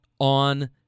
on